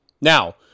Now